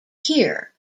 here